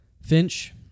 Finch